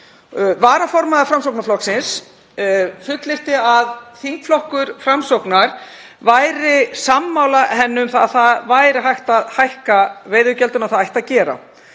Varaformaður Framsóknarflokksins fullyrti að þingflokkur Framsóknar væri sammála henni um að hægt væri að hækka veiðigjöldin og það ætti að gera.